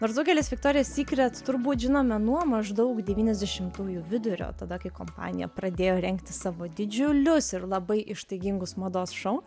nors daugelis viktorija sykret turbūt žinome nuo maždaug devyniasdešimtųjų vidurio tada kai kompanija pradėjo rengti savo didžiulius ir labai ištaigingus mados šou